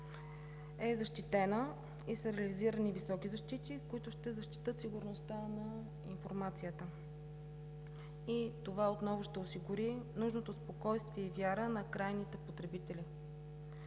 в тази посока са реализирани високи защити, които ще защитят сигурността на информацията, и това отново ще осигури нужното спокойствие и вяра на крайните потребители.